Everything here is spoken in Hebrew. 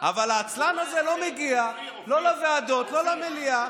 אבל העצלן הזה לא מגיע לא לוועדות, לא למליאה,